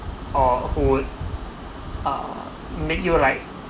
or who would uh make you like